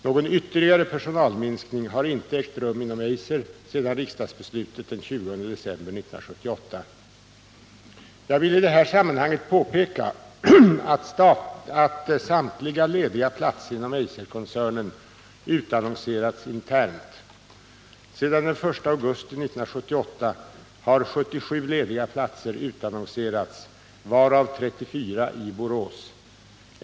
Någon ytterligare personalminskning har inte ägt rum inom Eiser sedan riksdagsbeslutet den 20 december 1978. Jag vill i det här sammanhanget påpeka att samtliga lediga platser inom Eiserkoncernen utannonserats internt. Sedan den I augusti 1978 har 77 lediga platser utannonserats, varav 34 i Borås.